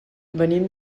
venim